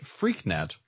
freaknet